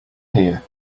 here